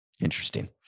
Interesting